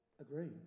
agree